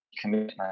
commitment